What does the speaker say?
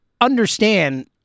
understand